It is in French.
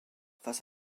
face